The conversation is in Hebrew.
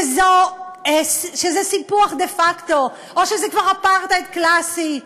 שזה סיפוח דה-פקטו או שזה כבר אפרטהייד קלאסי,